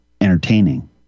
entertaining